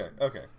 Okay